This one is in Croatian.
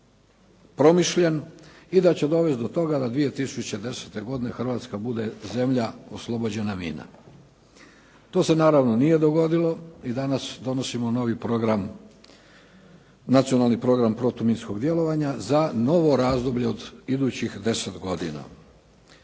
promišljen i da će dovesti do toga da 2010. godine Hrvatska bude zemlja oslobođena mina. To se naravno nije dogodilo i danas donosimo novi program, Nacionalni program protuminskog djelovanja za novo razdoblje od idućih 10 godina.